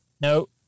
No